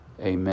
amen